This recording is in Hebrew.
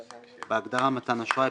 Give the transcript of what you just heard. (ב)בהגדרה "מתן אשראי",